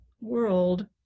world